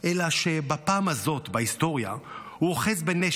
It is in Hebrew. אלא שבפעם הזאת בהיסטוריה הוא אוחז בנשק,